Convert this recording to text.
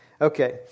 Okay